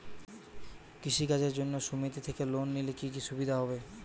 কৃষি কাজের জন্য সুমেতি থেকে লোন নিলে কি কি সুবিধা হবে?